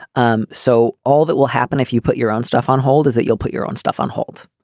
um so all that will happen if you put your own stuff on hold is that you'll put your own stuff on hold.